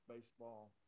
baseball